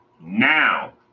Now